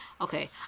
okay